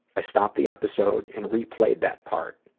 i stopped the episode and replayed that part.